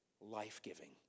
life-giving